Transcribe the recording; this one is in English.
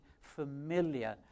familiar